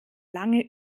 lange